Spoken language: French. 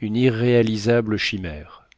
une irréalisable chimère